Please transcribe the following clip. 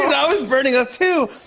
i was burning up, too.